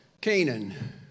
Canaan